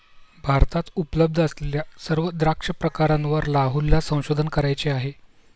भारतात उपलब्ध असलेल्या सर्व द्राक्ष प्रकारांवर राहुलला संशोधन करायचे आहे